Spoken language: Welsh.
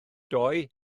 doe